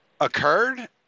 occurred